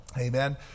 Amen